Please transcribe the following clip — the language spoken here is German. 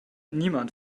niemand